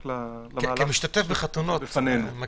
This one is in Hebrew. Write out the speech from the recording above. כמשתתף בחתונות אני מכיר.